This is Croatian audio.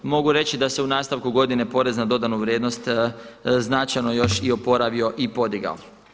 Mogu reći da se u nastavku godine porez na dodanu vrijednost značajno još i oporavio i podigao.